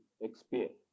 experience